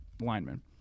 linemen